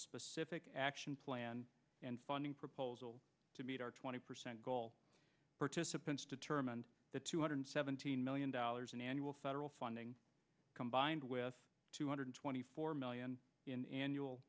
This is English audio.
specific action plan and funding proposal to meet our twenty percent goal participants determined that two hundred seventeen million dollars in annual federal funding combined with two hundred twenty four million in annual